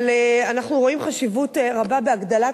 אבל אנחנו רואים חשיבות רבה בהגדלת